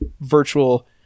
virtual